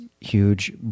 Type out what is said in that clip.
huge